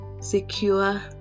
secure